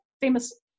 famous